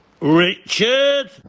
Richard